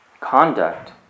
Conduct